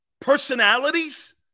Personalities